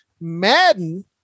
Madden